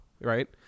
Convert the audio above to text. Right